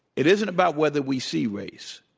it isn't about whether we see race.